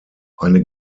eine